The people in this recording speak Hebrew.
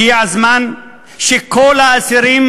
הגיע הזמן שכל האסירים